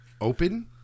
open